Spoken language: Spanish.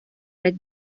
red